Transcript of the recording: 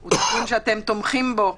הוא תיקון שאתם תומכים בו.